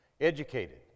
educated